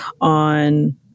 on